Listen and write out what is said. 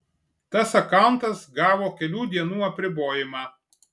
tas akauntas gavo kelių dienų apribojimą